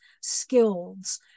skills